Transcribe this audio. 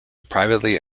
privately